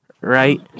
right